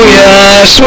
yes